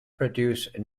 produce